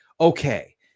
okay